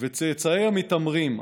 וצאצאי המתעמרים,